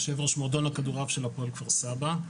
יו"ר מועדון הכדורעף של הפועל כפר סבא.